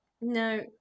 No